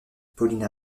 paulina